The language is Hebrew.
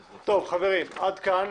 חברים, עד כאן.